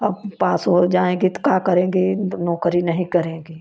अब पास हो जाएंगी तो का करेंगी तो नौकरी नहीं करेंगी